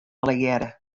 allegearre